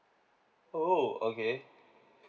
oh okay